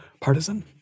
partisan